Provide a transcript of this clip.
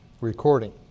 recording